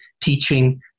teaching